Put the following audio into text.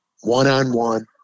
one-on-one